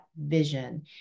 vision